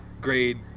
grade